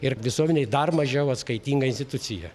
ir visuomenei dar mažiau atskaitinga institucija